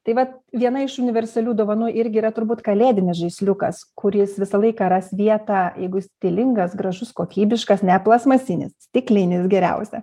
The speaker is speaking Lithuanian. taip vat viena iš universalių dovanų irgi yra turbūt kalėdinis žaisliukas kuris visą laiką ras vietą jeigu stilingas gražus kokybiškas ne plastmasinis stiklinis geriausia